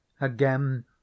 Again